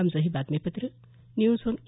आमचं हे बातमीपत्र न्यूज ऑन ए